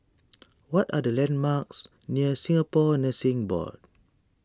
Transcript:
what are the landmarks near Singapore Nursing Board